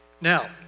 Now